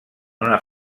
una